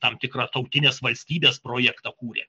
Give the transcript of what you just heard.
tam tikrą tautinės valstybės projektą kūrė